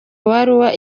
baruwa